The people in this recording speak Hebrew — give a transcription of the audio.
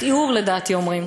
כיעור לדעתי אומרים.